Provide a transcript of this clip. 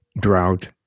drought